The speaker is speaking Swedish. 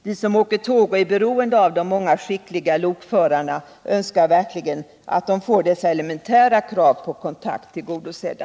Vi som åker tåg och är beroende av de många skickliga lokförarna önskar verkligen att de får dessa elementära krav på kontakt tillgodosedda.